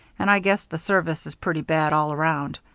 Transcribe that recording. and i guess the service is pretty bad all around.